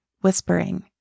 whispering